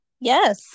Yes